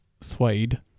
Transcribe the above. suede